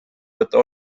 võtta